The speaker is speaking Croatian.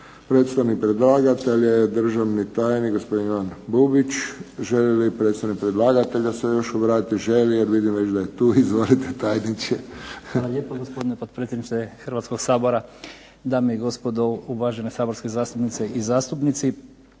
Predstavnik predlagatelja je državni tajnik, gospodin Ivan Bubić. Želi li predstavnik predlagatelja se još obratiti? Želi, jer vidim već da je tu. Izvolite, tajniče. **Bubić, Ivan** Hvala lijepo. Gospodine potpredsjedniče Hrvatskoga sabora. Dame i gospodo, uvažene saborske zastupnice i zastupnici.